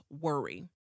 worry